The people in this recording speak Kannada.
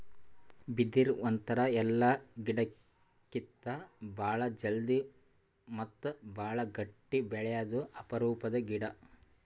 ಬಿದಿರ್ ಒಂಥರಾ ಎಲ್ಲಾ ಗಿಡಕ್ಕಿತ್ತಾ ಭಾಳ್ ಜಲ್ದಿ ಮತ್ತ್ ಭಾಳ್ ಗಟ್ಟಿ ಬೆಳ್ಯಾದು ಅಪರೂಪದ್ ಗಿಡಾ